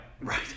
Right